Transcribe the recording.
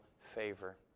favor